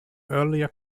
earlier